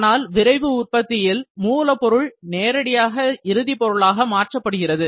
ஆனால் விரைவு உற்பத்தியில் மூலப்பொருள் நேரடியாக இறுதி பொருளாக மாற்றப்படுகிறது